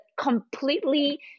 completely